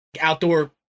outdoor